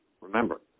Remember